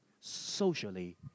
socially